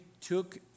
took